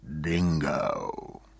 dingo